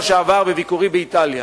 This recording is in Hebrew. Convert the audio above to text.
בביקורי באיטליה